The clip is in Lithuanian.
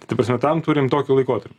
ta prasme tam turim tokį laikotarpį